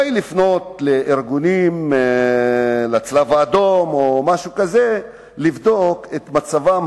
לפנות לארגונים כמו הצלב-האדום לבדוק את מצבם